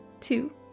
two